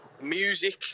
music